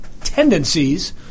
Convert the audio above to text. tendencies